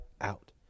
out